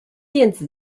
电子